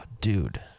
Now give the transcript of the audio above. dude